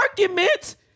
argument